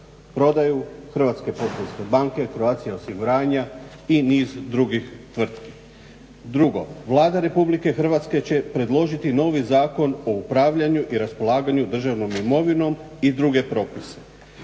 prodaju Hrvatske poštanske banke, Croatia osiguranja i niz drugih tvrtki. Drugo, Vlada Republike Hrvatske će predložiti novi Zakon o upravljanju i raspolaganju državnom imovinom i druge propise.